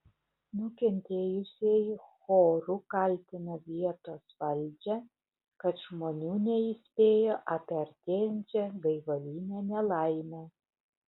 nukentėjusieji choru kaltina vietos valdžią kad žmonių neįspėjo apie artėjančią gaivalinę nelaimę